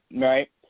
right